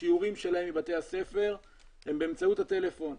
השיעורים שלהם מבתי הספר הם באמצעות הטלפון.